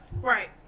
Right